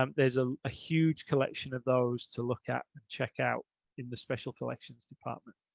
um there's ah a huge collection of those to look at and check out in the special collections department.